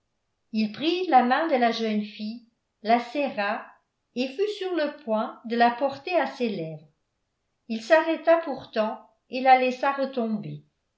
il prit la main de la jeune fille la serra et fut sur le point de la porter à ses lèvres il s'arrêta pourtant et la laissa retomber